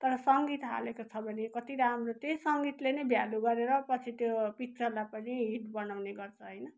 तर सङ्गीत हालेको छ भने कति राम्रो त्यही सङ्गीतले नै भ्याल्यू गरेर पछि त्यो पिक्चरलाई पनि हिट् बनाउने गर्छ होइन